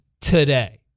today